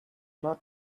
more